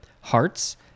Hearts